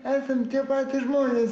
esam tie patys žmonės